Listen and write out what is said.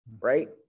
Right